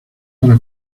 para